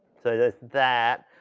so there's that.